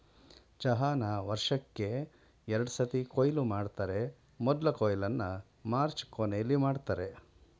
ಚಹಾನ ವರ್ಷಕ್ಕೇ ಎರಡ್ಸತಿ ಕೊಯ್ಲು ಮಾಡ್ತರೆ ಮೊದ್ಲ ಕೊಯ್ಲನ್ನ ಮಾರ್ಚ್ ಕೊನೆಲಿ ಮಾಡ್ತರೆ